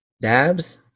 Dabs